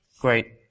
great